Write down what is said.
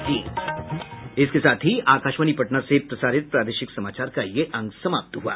इसके साथ ही आकाशवाणी पटना से प्रसारित प्रादेशिक समाचार का ये अंक समाप्त हुआ